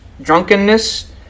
Drunkenness